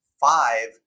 five